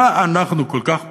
ממה אנחנו כל כך פוחדים?